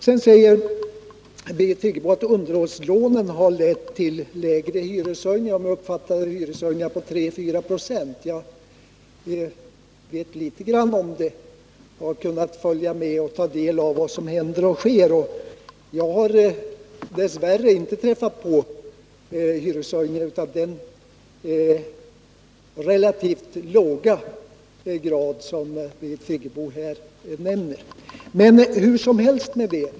Birgit Friggebo sade att underhållslånen har lett till lägre hyreshöjningar — jag uppfattade siffran 3-4 26 hyreshöjning. Jag vet litet grand om detta och har kunnat följa med och ta del av vad som har hänt, men jag har dess värre inte träffat på så relativt låga hyreshöjningar som Birgit Friggebo här nämnde —- men hur som helst med det.